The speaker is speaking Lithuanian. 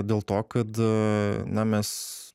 dėl to kad na mes